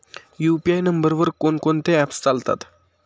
UPI नंबरवर कोण कोणते ऍप्स चालतात?